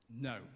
no